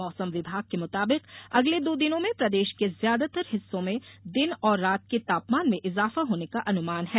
मौसम विभाग के मुताबिक अगले दो दिनों में प्रदेश के ज्यादातर हिस्सों में दिन और रात के तापमान में इजाफा होने का अनुमान है